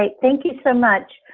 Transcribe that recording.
um thank you so much.